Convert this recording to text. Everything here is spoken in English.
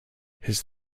his